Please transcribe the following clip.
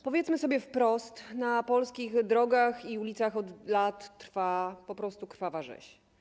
Powiedzmy sobie wprost: na polskich drogach i ulicach od lat trwa po prostu krwawa rzeź.